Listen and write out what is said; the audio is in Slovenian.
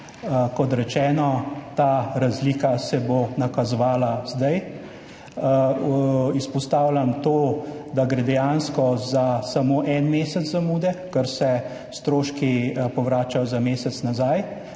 Kot rečeno, ta razlika se bo nakazovala zdaj. Izpostavljam to, da gre dejansko samo za en mesec zamude, ker se stroški povračajo za mesec nazaj.